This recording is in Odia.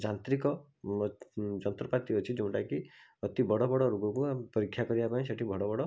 ଯାନ୍ତ୍ରିକ ଜନ୍ତ୍ରପାତି ଅଛି ଯେଉଁଟାକି ଅତି ବଡ଼ ବଡ଼ ରୋଗକୁ ଆମ ପରୀକ୍ଷା କରିବାପାଇଁ ସେଠି ବଡ଼ ବଡ଼